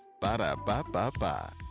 Ba-da-ba-ba-ba